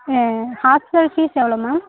hostel fees எவ்வளோ ma'am